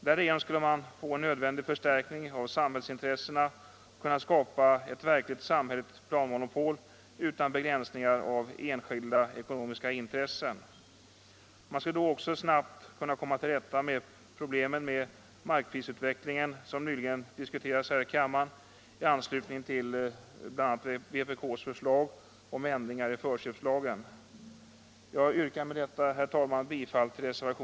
Därigenom skulle man få en nödvändig förstärkning av samhällsintressena och kunna skapa ett verkligt samhälleligt planmonopol utan begränsningar på grund av enskilda ekonomiska intressen. Man skulle då också snabbt kunna komma till rätta med pro